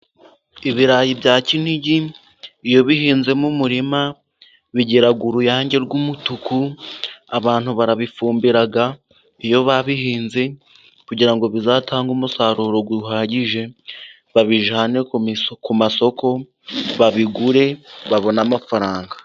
Ibirayi bya kinigi iyo bihinze mu murima bigira uruyange rw'umutuku. Abantu barabifumbira iyo babihinze, kugira ngo bizatange umusaruro uhagije, babijyane ku masoko babigure babone amafaranga.